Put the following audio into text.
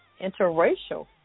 interracial